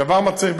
הדבר מצריך,